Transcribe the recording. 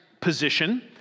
position